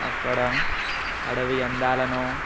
అక్కడ అడవి అందాలను